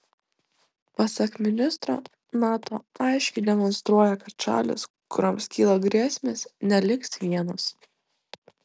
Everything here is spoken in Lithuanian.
pasak ministro nato aiškiai demonstruoja kad šalys kurioms kyla grėsmės neliks vienos